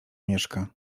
mieszka